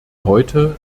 heute